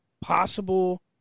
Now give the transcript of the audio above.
possible